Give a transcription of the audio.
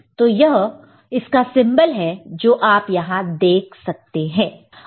तो यह इसका सिंबल है जो आप यहां देख सकते हैं